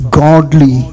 godly